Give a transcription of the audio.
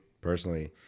personally